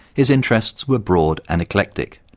his interests were broad and eclectic.